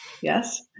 Yes